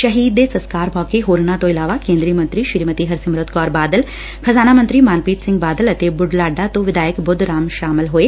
ਸ਼ਹੀਦ ਦੇ ਸੰਸਕਾਰ ਮੌਕੇ ਹੋਰਨਾਂ ਤੋਂ ਇਲਾਵਾ ਕੇਂਦਰੀ ਮੰਤਰੀ ਸ੍ਰੀਮਤੀ ਹਰਸਿਮਰਤ ਕੌਰ ਬਾਦਲ ਖਜ਼ਾਨਾ ਮੰਤਰੀ ਮਨਪ੍ਰੀਤ ਸਿੰਘ ਬਾਦਲ ਅਤੇ ਬੁਢਲਾਡਾ ਤੋਂ ਵਿਧਾਇਕ ਬਬਧ ਰਾਮ ਸ਼ਾਮਲ ਹੋਏ